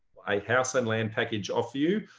a house and land package off you.